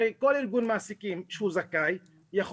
הרי שכל ארגון מעסיקים שהוא זכאי יכול